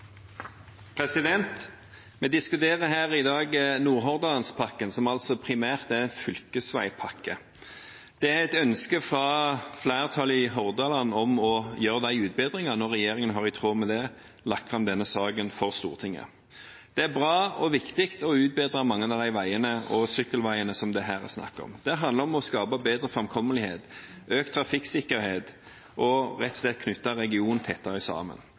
fylkesveipakke. Det er et ønske fra flertallet i Hordaland om å gjøre disse utbedringene, og regjeringen har i tråd med det lagt fram denne saken for Stortinget. Det er bra og viktig å utbedre mange av de veiene og sykkelveiene som det her er snakk om. Det handler om å skape bedre framkommelighet, økt trafikksikkerhet og rett og slett å knytte regionen tettere sammen.